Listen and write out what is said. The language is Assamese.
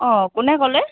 অ কোনে ক'লে